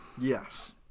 Yes